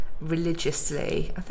religiously